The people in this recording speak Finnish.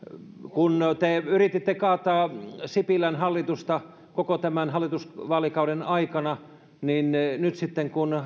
kun te yrititte kaataa sipilän hallitusta koko tämän vaalikauden aikana niin nyt sitten kun